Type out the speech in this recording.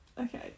Okay